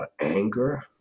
anger